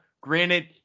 Granted